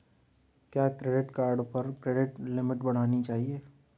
क्या credit card पर credit limit बढ़ानी चाहिए?